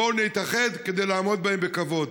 בואו נתאחד כדי לעמוד בהם בכבוד.